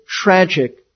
tragic